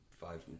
five